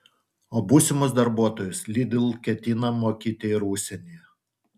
o būsimus darbuotojus lidl ketina mokyti ir užsienyje